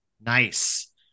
Nice